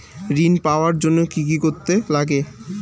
ঋণ পাওয়ার জন্য কি কি করতে লাগে?